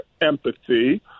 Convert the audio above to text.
empathy